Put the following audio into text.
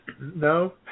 No